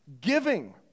giving